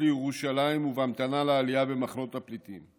לירושלים ובהמתנה לעלייה במחנות הפליטים,